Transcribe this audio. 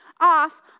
off